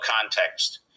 context